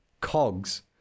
Cogs